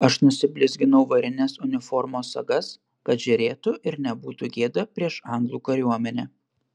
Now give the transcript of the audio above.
aš nusiblizginau varines uniformos sagas kad žėrėtų ir nebūtų gėda prieš anglų kariuomenę